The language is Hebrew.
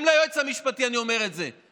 גם ליועץ המשפטי אני אומר את זה,